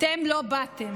אתם לא באתם.